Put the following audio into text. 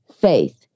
faith